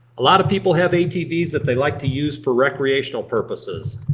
a lot of people have atvs that they like to use for recreational purposes.